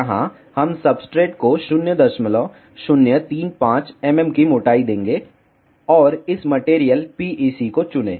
यहां हम सब्सट्रेट को 0035 mm की मोटाई देंगे और इस मटेरियल PEC को चुनें